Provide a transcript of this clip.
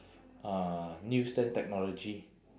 uh newstead technology